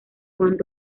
juan